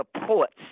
supports